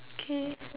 okay